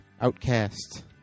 Outcast